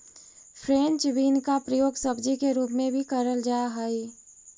French bean का प्रयोग सब्जी के रूप में भी करल जा हई